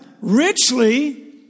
richly